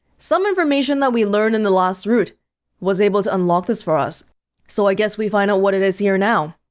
some information that we learned in the last route was able to unlock this for us so i guess we find out what it is here now